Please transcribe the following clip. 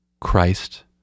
christ